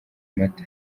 amata